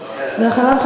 ואחריו,